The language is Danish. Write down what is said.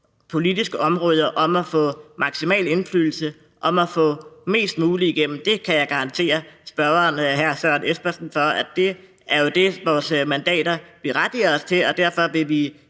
politiske områder om at få maksimal indflydelse og om at få mest muligt igennem – det kan jeg garantere over for spørgeren, hr. Søren Espersen. Det er jo det, som vores mandater berettiger os til, og derfor vil vi